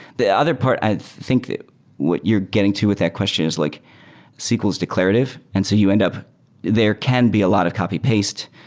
the other part i think what you're getting to with that questions like sql's declarative, and so you end up there can be a lot of copy-paste.